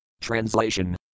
Translation